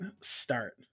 start